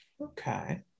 Okay